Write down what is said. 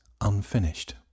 unfinished